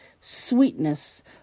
sweetness